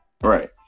right